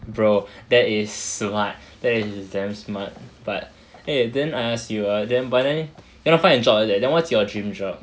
bro that is smart that is damn smart but eh then I ask you ah then but then cannot find a job like that then what's your dream job